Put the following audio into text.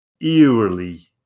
eerily